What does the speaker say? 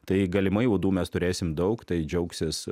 tai galimai uodų mes turėsim daug tai džiaugsis